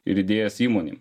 ir idėjas įmonei